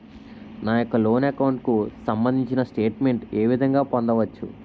నా యెక్క loan account కు సంబందించిన స్టేట్ మెంట్ ఏ విధంగా పొందవచ్చు?